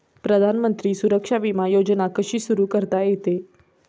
प्रधानमंत्री सुरक्षा विमा योजना कशी सुरू करता येते?